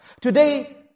Today